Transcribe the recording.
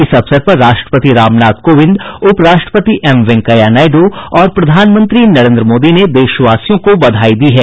इस अवसर पर राष्ट्रपति रामनाथ कोविंद उपराष्ट्रपति वैंकेया नायड् और प्रधानमंत्री नरेंद्र मोदी ने देशवासियों को बधाई दी है